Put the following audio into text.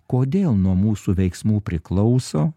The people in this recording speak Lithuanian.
kodėl nuo mūsų veiksmų priklauso